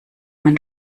man